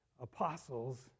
apostles